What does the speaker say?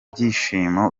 byishimo